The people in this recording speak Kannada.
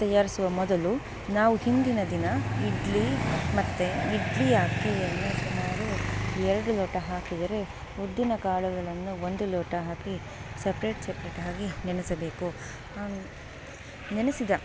ತಯಾರಿಸುವ ಮೊದಲು ನಾವು ಹಿಂದಿನ ದಿನ ಇಡ್ಲಿ ಮತ್ತು ಇಡ್ಲಿಯ ಅಕ್ಕಿಯನ್ನು ಸುಮಾರು ಎರಡು ಲೋಟ ಹಾಕಿದರೆ ಉದ್ದಿನ ಕಾಳುಗಳನ್ನು ಒಂದು ಲೋಟ ಹಾಕಿ ಸಪ್ರೇಟ್ ಸಪ್ರೇಟಾಗಿ ನೆನೆಸಬೇಕು ಹಾಂ ನೆನೆಸಿದ